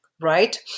Right